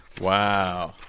Wow